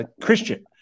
christian